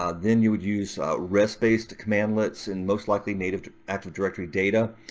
um then you would use rest-based cmdlets and most likely native active directory data.